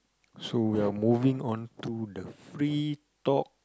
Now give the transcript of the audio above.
so we are moving onto the free talk